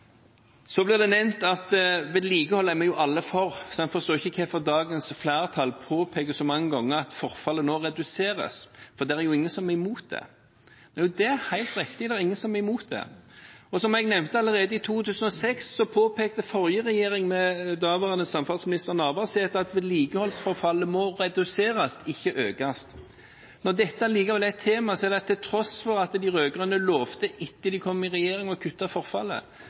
blir nevnt at vi alle er for vedlikehold, og at en ikke forstår hvorfor dagens flertall påpeker så mange ganger at forfallet nå reduseres, for det er ingen som er imot det. Det er helt riktig. Det er ingen som er imot det. Som jeg nevnte, allerede i 2006 påpekte forrige regjering ved daværende samferdselsminister Navarsete at vedlikeholdsforfallet måtte reduseres, ikke økes. Nå er dette allikevel et tema, for til tross for at de rød-grønne etter at de kom i regjering lovet å kutte i forfallet,